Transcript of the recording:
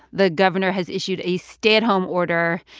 the governor has issued a stay-at-home order,